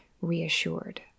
reassured